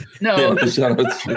No